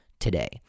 today